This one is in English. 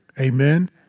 Amen